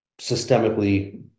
systemically